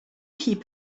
keep